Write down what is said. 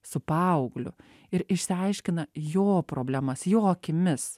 su paaugliu ir išsiaiškina jo problemas jo akimis